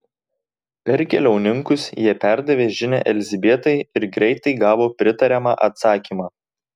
per keliauninkus jie perdavė žinią elzbietai ir greitai gavo pritariamą atsakymą